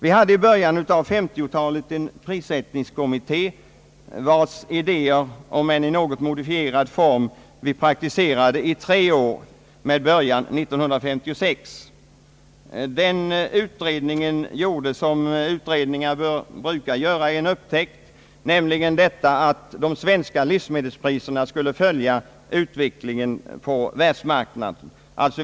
Vi hade i början av 1959-talet en prissättningskommitté, vars idéer om än i något modifierad form praktiserades i tre år med början 1956. Den kommittén gjorde en upptäckt — som ju utredningar brukar göra — nämligen att de svenska livsmedelspriserna skulle följa utvecklingen på världsmarknaden.